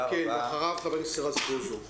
ואחריו חבר הכנסת רזבוזוב.